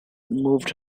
moved